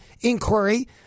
inquiry